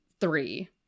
three